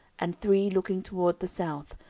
and three looking toward the south,